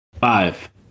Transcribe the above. Five